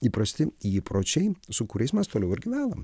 įprasti įpročiai su kuriais mes toliau ir gyvenam